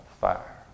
fire